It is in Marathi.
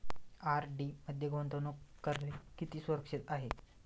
आर.डी मध्ये गुंतवणूक करणे किती सुरक्षित आहे?